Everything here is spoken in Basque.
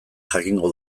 jakingo